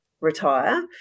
retire